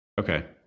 Okay